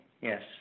Yes